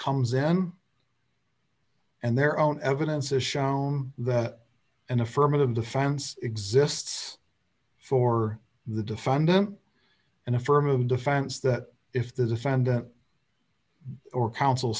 comes in and their own evidence is shown that an affirmative defense exists for the defendant an affirmative defense that if the defendant or coun